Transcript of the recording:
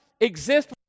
exist